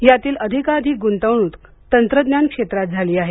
यातील अधिकाधिक गुंतवणूक तंत्रज्ञान क्षेत्रात झाली आहे